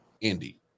Indy